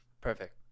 Perfect